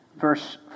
verse